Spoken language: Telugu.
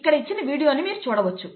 ఇక్కడ ఇచ్చిన వీడియోని మీరు చూడవచ్చు